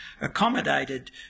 accommodated